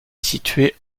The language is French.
située